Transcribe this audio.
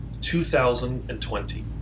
2020